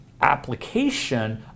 application